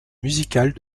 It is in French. musicale